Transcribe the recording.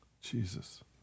Jesus